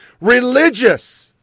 religious